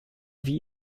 wie